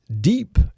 deep